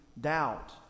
doubt